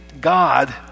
God